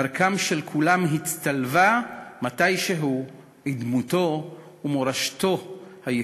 דרכם של כולם הצטלבה מתישהו עם דמותו ומורשתו הייחודית.